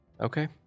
Okay